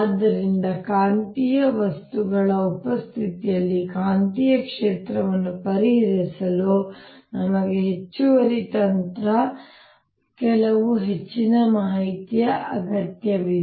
ಆದ್ದರಿಂದ ಕಾಂತೀಯ ವಸ್ತುಗಳ ಉಪಸ್ಥಿತಿಯಲ್ಲಿ ಕಾಂತೀಯ ಕ್ಷೇತ್ರವನ್ನು ಪರಿಹರಿಸಲು ನಮಗೆ ಹೆಚ್ಚುವರಿ ತಂತ್ರ ಅಥವಾ ಕೆಲವು ಹೆಚ್ಚಿನ ಮಾಹಿತಿಯ ಅಗತ್ಯವಿದೆ